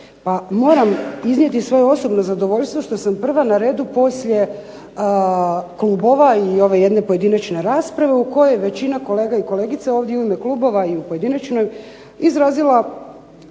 Pa moram iznijeti svoje osobno zadovoljstvo što sam prva na redu poslije klubova i ove jedne pojedinačne rasprave u kojoj većina kolega i kolegica ovdje u ime klubova i u pojedinačnoj raspravi